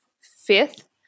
fifth